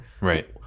Right